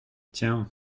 tiens